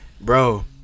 bro